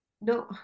no